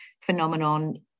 phenomenon